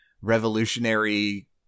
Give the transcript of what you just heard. revolutionary